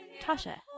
Tasha